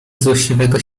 złośliwego